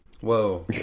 Whoa